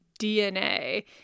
dna